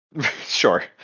Sure